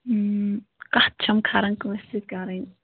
کتھ چھَم کھَران کٲنٛسہِ سۭتۍ کَرٕنۍ